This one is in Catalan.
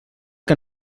que